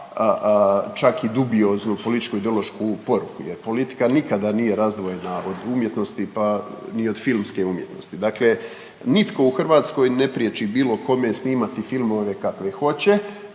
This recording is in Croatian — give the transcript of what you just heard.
čak i dubioznu političko-ideološku poruku jer politika nikada nije razdvojena od umjetnosti pa ni od filmske umjetnosti. Dakle, nitko u Hrvatskoj ne priječi bilo kome snimati filmove kakve hoće,